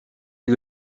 est